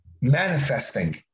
manifesting